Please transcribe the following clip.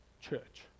church